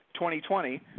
2020